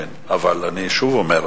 כן, אבל אני שוב אומר.